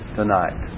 tonight